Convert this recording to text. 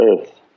earth